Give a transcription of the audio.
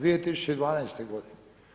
2012. godine.